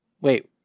Wait